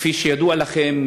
כפי שידוע לכם,